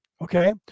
Okay